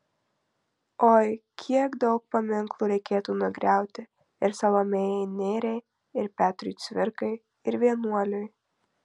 oi kiek daug paminklų reikėtų nugriauti ir salomėjai nėriai ir petrui cvirkai ir vienuoliui